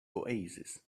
oasis